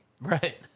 Right